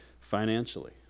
financially